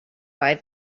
buy